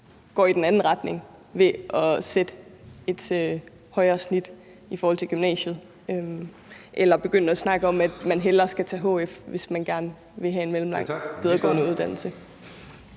gå i den anden retning ved at sætte et højere snit for at kunne komme på gymnasiet, eller at man begynder at snakke om, at man hellere skal tage hf, hvis man gerne vil have en mellemlang videregående uddannelse.